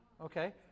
Okay